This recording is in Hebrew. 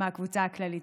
מהקבוצה הכללית.